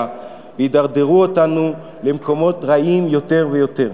וידרדרו אותנו למקומות רעים יותר ויותר.